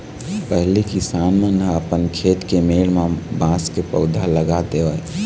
पहिली किसान मन ह अपन खेत के मेड़ म बांस के पउधा लगा देवय